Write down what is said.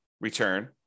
return